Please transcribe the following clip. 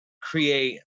create